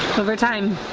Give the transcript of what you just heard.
over time